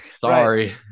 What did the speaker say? Sorry